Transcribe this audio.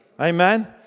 Amen